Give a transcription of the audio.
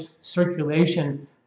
circulation